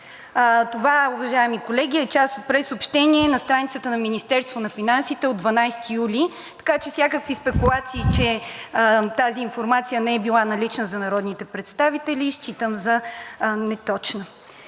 Това, уважаеми колеги, е част от прессъобщение на страницата на Министерството на финансите от 12 юли, така че всякакви спекулации, че тази информация не е била налична за народните представители, считам за неточни.